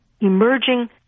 emerging